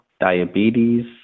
diabetes